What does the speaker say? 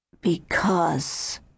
Because